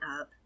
up